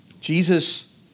Jesus